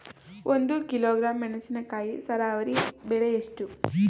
ಒಂದು ಕಿಲೋಗ್ರಾಂ ಮೆಣಸಿನಕಾಯಿ ಸರಾಸರಿ ಬೆಲೆ ಎಷ್ಟು?